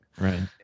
Right